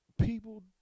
people